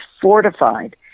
fortified